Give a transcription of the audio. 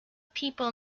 people